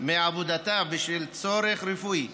מעבודתה בשל צורך רפואי